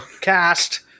cast